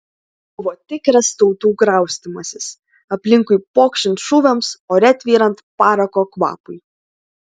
buvo tikras tautų kraustymasis aplinkui pokšint šūviams ore tvyrant parako kvapui